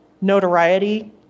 notoriety